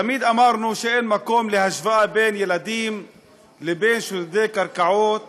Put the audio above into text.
תמיד אמרנו שאין מקום להשוואה בין ילידים לבין שודדי קרקעות